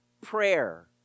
prayer